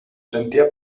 sentía